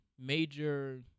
major